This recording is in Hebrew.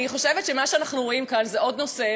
אני חושבת שמה שאנחנו רואים כאן זה עוד נושא,